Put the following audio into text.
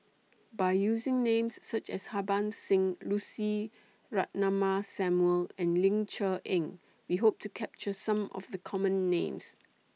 By using Names such as Harbans Singh Lucy Ratnammah Samuel and Ling Cher Eng We Hope to capture Some of The Common Names